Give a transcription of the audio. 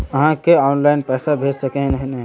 आहाँ के ऑनलाइन पैसा भेज सके है नय?